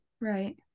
right